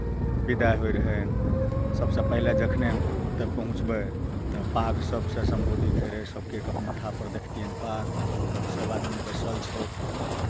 विदाइ होइ रहनि सभसँ पहिले जखनहि ओतय पहुँचबै तऽ पाग सभसँ सम्बोधित होइत रहै सभके क माथापर देखतियनि पाग सभ आदमी बैसल छथि